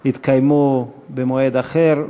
יתקיימו במועד אחר.